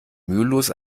mühelos